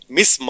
Miss